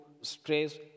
stress